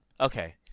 Okay